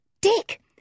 Dick